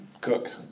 cook